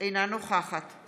נוכחת